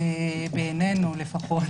בעינינו לפחות,